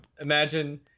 imagine